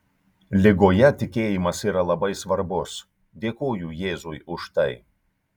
ligoje tikėjimas yra labai svarbus dėkoju jėzui už tai